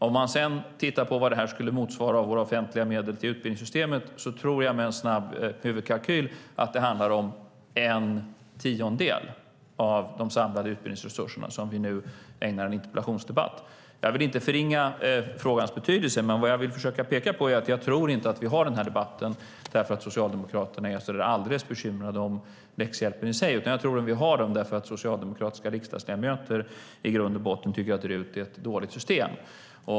Om vi sedan tittar på vad det här skulle motsvara av våra offentliga medel till utbildningssystemet tror jag med en snabb huvudkalkyl att det handlar om en tiondel av de samlade utbildningsresurserna som vi nu ägnar en interpellationsdebatt. Jag vill inte förringa frågans betydelse, men jag tror inte att vi har den här debatten därför att Socialdemokraterna är så bekymrade om läxhjälpen i sig. Jag tror att vi har den därför att socialdemokratiska riksdagsledamöter i grund och botten tycker att RUT är ett dåligt system.